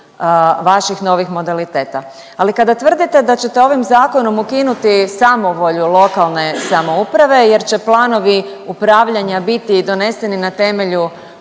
vaših novih modaliteta. Ali kada tvrdite da ćete ovim Zakonom ukinuti samovolju lokalne samouprave jer će planovi upravljanja biti doneseni na temelju